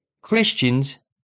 Christians